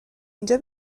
اینجا